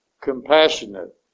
compassionate